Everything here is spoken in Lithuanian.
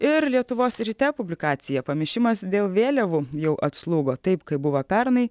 ir lietuvos ryte publikacija pamišimas dėl vėliavų jau atslūgo taip kaip buvo pernai